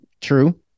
True